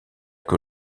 que